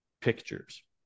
pictures